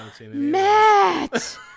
Matt